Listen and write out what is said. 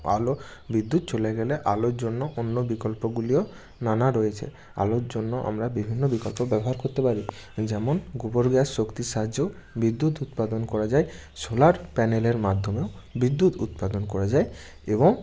আলো বিদ্যুৎ চলে গেলে আলোর জন্য অন্য বিকল্পগুলিও নানা রয়েছে আলোর জন্য আমরা বিভিন্ন বিকল্প ব্যবহার করতে পারি যেমন গুবোর গ্যাস শক্তি সাহায্যেও বিদ্যুৎ উৎপাদন করা যায় সোলার প্যানেলের মাধ্যমেও বিদ্যুৎ উৎপাদন করা যায় এবং